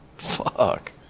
fuck